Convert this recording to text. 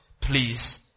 please